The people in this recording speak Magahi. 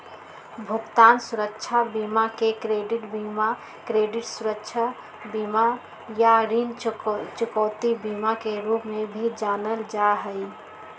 भुगतान सुरक्षा बीमा के क्रेडिट बीमा, क्रेडिट सुरक्षा बीमा, या ऋण चुकौती बीमा के रूप में भी जानल जा हई